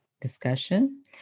discussion